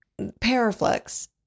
paraflex